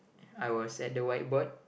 I was at the whiteboard